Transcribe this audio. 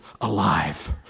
alive